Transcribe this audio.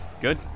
good